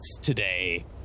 today